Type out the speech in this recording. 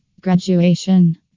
Graduation